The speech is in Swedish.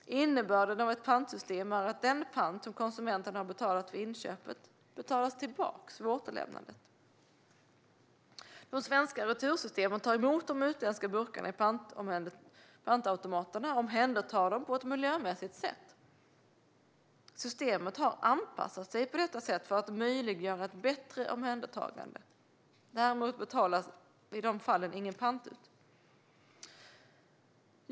Innebörden av ett pantsystem är att den pant som konsumenten har betalat vid inköpet betalas tillbaka vid återlämnandet. Det svenska retursystemet tar emot de utländska burkarna i pantautomaterna och omhändertar dem på ett miljömässigt sätt. Systemet har anpassat sig på detta sätt för att möjliggöra ett bättre omhändertagande. Däremot betalas ingen pant ut i de fallen.